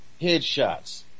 headshots